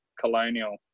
Colonial